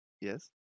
Yes